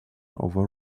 over